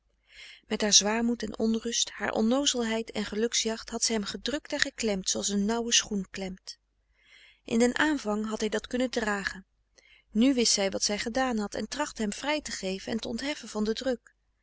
met haar zwaarmoed en onrust haar onnoozelheid en geluks jacht had ze hem gedrukt en geklemd zooals een nauwe schoen klemt in den aanvang had hij dat kunnen dragen nu wist zij wat zij gedaan had en trachtte hem vrij te geven en te ontheffen van den druk